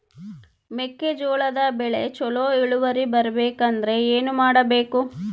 ಮೆಕ್ಕೆಜೋಳದ ಬೆಳೆ ಚೊಲೊ ಇಳುವರಿ ಬರಬೇಕಂದ್ರೆ ಏನು ಮಾಡಬೇಕು?